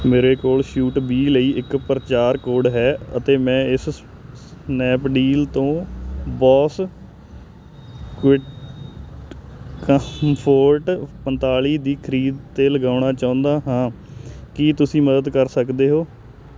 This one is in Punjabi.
ਮੇਰੇ ਕੋਲ ਛੂਟ ਵੀਹ ਲਈ ਇੱਕ ਪਰਚਾਰ ਕੋਡ ਹੈ ਅਤੇ ਮੈਂ ਇਸ ਸਨੈਪਡੀਲ ਤੋਂ ਬੋਸ ਕੁਈਟਕਾਮਫੋਰਟ ਪੰਤਾਲੀ ਦੀ ਖਰੀਦ 'ਤੇ ਲਗਾਉਣਾ ਚਾਹੁੰਦਾ ਹਾਂ ਕੀ ਤੁਸੀਂ ਮਦਦ ਕਰ ਸਕਦੇ ਹੋ